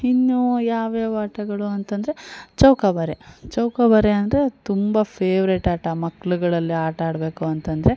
ಇನ್ನೂ ಯಾವ್ಯಾವ ಆಟಗಳು ಅಂತಂದರೆ ಚೌಕಾಬಾರ ಚೌಕಾಬಾರ ಅಂದರೆ ತುಂಬ ಫೆವ್ರೇಟ್ ಆಟ ಮಕ್ಳುಗಳಲ್ಲಿ ಆಟ ಆಡಬೇಕು ಅಂತಂದರೆ